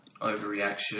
overreaction